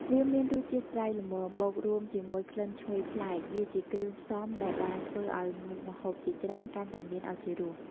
វាមានរសជាតិប្រៃល្មម បូករួមជាមួយក្លិនឈ្ងុយប្លែក វាជាគ្រឿងផ្សំដែលបានធ្វើឱ្យមុខម្ហូបជាច្រើនកាន់តែមានឱជារស។